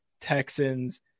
texans